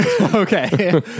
Okay